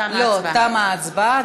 תמה ההצבעה.